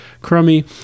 crummy